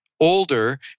older